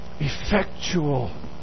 Effectual